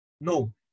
no